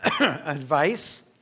advice